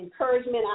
encouragement